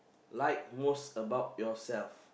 like most about yourself